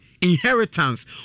inheritance